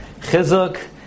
chizuk